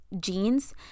jeans